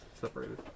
separated